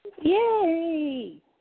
Yay